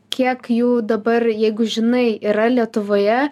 kiek jų dabar jeigu žinai yra lietuvoje